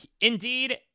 Indeed